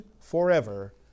forever